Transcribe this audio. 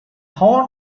horn